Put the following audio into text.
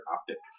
optics